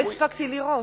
לא הספקתי לראות.